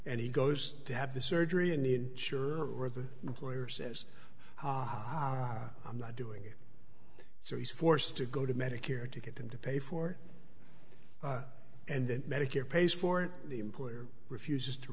and he goes to have the surgery an insurer the employer says i'm not doing it so he's forced to go to medicare to get them to pay for and then medicare pays for the employer refuses to